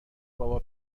بابا